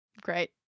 Great